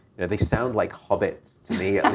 know, they sound like hobbits to me,